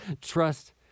Trust